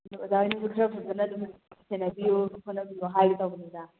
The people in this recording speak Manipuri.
ꯑꯗꯨ ꯑꯣꯖꯥ ꯍꯣꯏꯅꯁꯨ ꯈꯔ ꯐꯖꯅ ꯑꯗꯨꯝ ꯁꯦꯟꯅꯕꯤꯌꯨ ꯍꯣꯠꯅꯕꯤꯌꯨ ꯍꯥꯏꯒꯦ ꯇꯧꯕꯅꯤꯗ